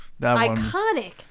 Iconic